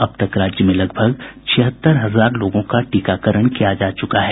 अब तक राज्य में लगभग छिहत्तर हजार लोगों का टीकाकरण किया जा चुका है